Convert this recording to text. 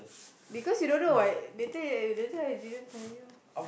because you don't know what that time that time I didn't tell you